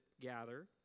gather